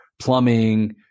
plumbing